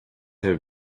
have